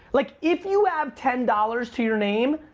like, if you have ten dollars to your name,